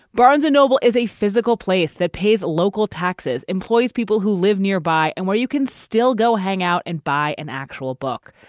barnes and noble is a physical place that pays local taxes, employs people who live nearby and where you can still go hang out and buy an actual book.